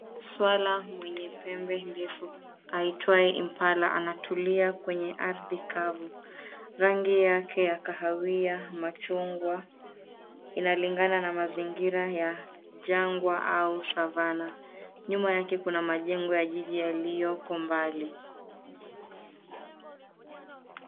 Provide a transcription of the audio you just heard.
Swara mwenye pembe ndefu aitwae mbala anatulia kwenye aridhi kavu, rangi yake ya kahawia, machungwa inalingana na mazingira ya jangwa au Savanna. Nyuma yake kuna majengo ya jiji yalioko mbali.